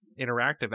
interactive